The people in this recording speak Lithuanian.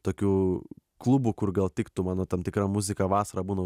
tokių klubų kur gal tiktų mano tam tikra muzika vasarą būna